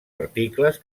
articles